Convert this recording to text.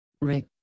Rick